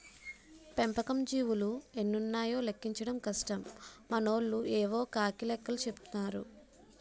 పెంపకం జీవులు ఎన్నున్నాయో లెక్కించడం కష్టం మనోళ్లు యేవో కాకి లెక్కలు చెపుతారు